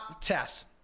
tests